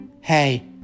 Hey